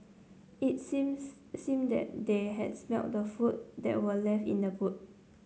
it seems seemed that they had smelt the food that were left in the boot